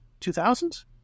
2000s